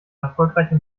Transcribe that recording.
erfolgreiche